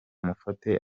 mufate